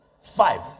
Five